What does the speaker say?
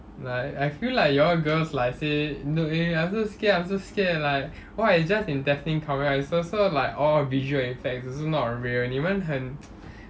like I feel like you all girls like say eh I'm so scared I'm so scared like oh it's just intestine coming out and it's also like all visual effects also not real 你们很